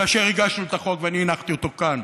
כאשר הגשנו את החוק ואני הנחתי אותו כאן,